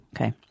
Okay